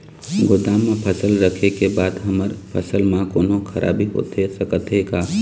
गोदाम मा फसल रखें के बाद हमर फसल मा कोन्हों खराबी होथे सकथे का?